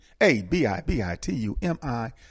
A-B-I-B-I-T-U-M-I